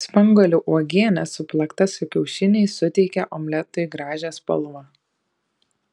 spanguolių uogienė suplakta su kiaušiniais suteikia omletui gražią spalvą